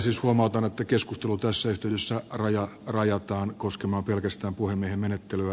huomautan että keskustelu tässä yhteydessä rajataan koskemaan pelkästään puhemiehen menettelyä